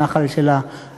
הנחל של המשפחה,